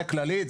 זה כללי.